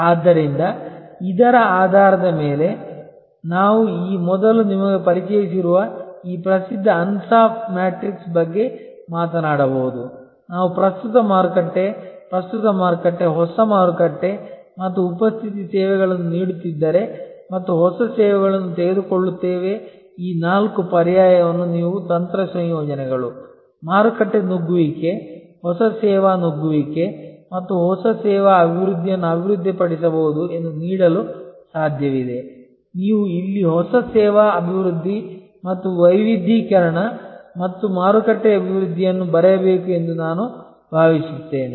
ಆದ್ದರಿಂದ ಇದರ ಆಧಾರದ ಮೇಲೆ ನಾವು ಈ ಮೊದಲು ನಿಮಗೆ ಪರಿಚಯಿಸಿರುವ ಈ ಪ್ರಸಿದ್ಧ ಅನ್ಸಾಫ್ ಮ್ಯಾಟ್ರಿಕ್ಸ್ ಬಗ್ಗೆ ಮಾತನಾಡಬಹುದು ನಾವು ಪ್ರಸ್ತುತ ಮಾರುಕಟ್ಟೆ ಪ್ರಸ್ತುತ ಮಾರುಕಟ್ಟೆ ಹೊಸ ಮಾರುಕಟ್ಟೆ ಮತ್ತು ಉಪಸ್ಥಿತಿ ಸೇವೆಗಳನ್ನು ನೀಡುತ್ತಿದ್ದರೆ ಮತ್ತು ಹೊಸ ಸೇವೆಗಳನ್ನು ತೆಗೆದುಕೊಳ್ಳುತ್ತೇವೆ ಈ ನಾಲ್ಕು ಪರ್ಯಾಯವನ್ನು ನೀವು ತಂತ್ರ ಸಂಯೋಜನೆಗಳು ಮಾರುಕಟ್ಟೆ ನುಗ್ಗುವಿಕೆ ಹೊಸ ಸೇವಾ ನುಗ್ಗುವಿಕೆ ಮತ್ತು ಹೊಸ ಸೇವಾ ಅಭಿವೃದ್ಧಿಯನ್ನು ಅಭಿವೃದ್ಧಿಪಡಿಸಬಹುದು ಎಂದು ನೀಡಲು ಸಾಧ್ಯವಿದೆ ನೀವು ಇಲ್ಲಿ ಹೊಸ ಸೇವಾ ಅಭಿವೃದ್ಧಿ ಮತ್ತು ವೈವಿಧ್ಯೀಕರಣ ಮತ್ತು ಮಾರುಕಟ್ಟೆ ಅಭಿವೃದ್ಧಿಯನ್ನು ಬರೆಯಬೇಕು ಎಂದು ನಾನು ಭಾವಿಸುತ್ತೇನೆ